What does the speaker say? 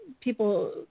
people